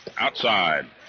Outside